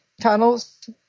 tunnels